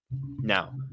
Now